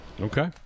Okay